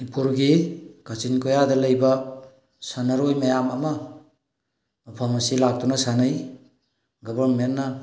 ꯃꯅꯤꯄꯨꯔꯒꯤ ꯀꯥꯆꯤꯟ ꯀꯣꯏꯌꯥꯗ ꯂꯩꯕ ꯁꯥꯟꯅꯔꯣꯏ ꯃꯌꯥꯝ ꯑꯃ ꯃꯐꯝ ꯑꯁꯤ ꯂꯥꯛꯇꯨꯅ ꯁꯥꯟꯅꯩ ꯒꯣꯕꯔꯟꯃꯦꯟꯅ